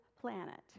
planet